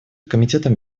комитетом